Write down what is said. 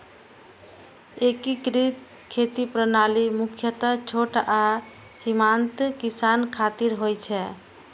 एकीकृत खेती प्रणाली मुख्यतः छोट आ सीमांत किसान खातिर होइ छै